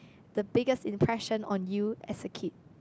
the biggest impression on you as a kid